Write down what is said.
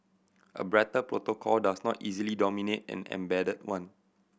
a brighter protocol does not easily dominate an embedded one